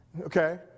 okay